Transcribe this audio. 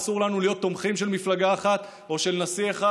אסור לנו להיות תומכים של מפלגה אחת או של נשיא אחד.